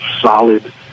solid